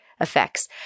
effects